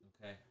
Okay